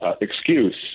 excuse